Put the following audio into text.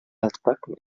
altbacken